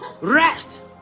rest